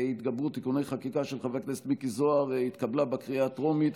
ההתגברות (תיקוני חקיקה) של חבר הכנסת מיקי זוהר התקבלה בקריאה הטרומית.